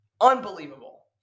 Unbelievable